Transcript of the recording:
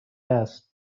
است